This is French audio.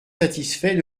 satisfait